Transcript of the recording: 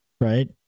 right